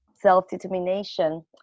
self-determination